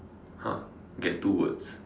!huh! get two words